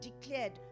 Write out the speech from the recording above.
declared